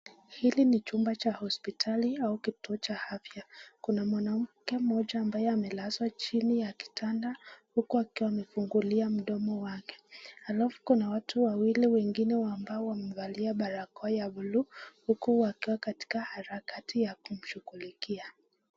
Hili ni chumba cha hospitali au kituo cha afya. Kuna mwanamke mmoja ambaye amelazwa chini ya kitanda , huku akiwa amefungulia mdomo wake .Alafu kuna watu wawili wengine ambao wamevalia barakoa ya buluu huku wakiwa katika harakati ya kumshughulikia.